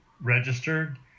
registered